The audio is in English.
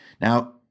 Now